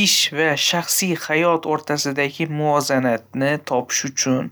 Ish va shaxsiy hayot o‘rtasidagi muvozanatni topish uchun